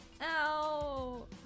Ow